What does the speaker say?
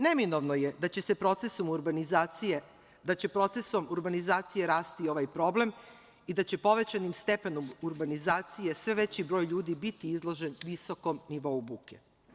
Neminovno je da će procesom urbanizacije rasti i ovaj problem i da će povećanim stepenom urbanizacije sve veći broj ljudi biti izložen visokom nivou buke.